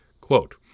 quote